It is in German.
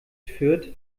fürth